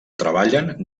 treballen